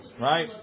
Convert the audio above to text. right